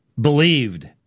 believed